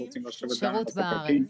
רוצים שירות בארץ.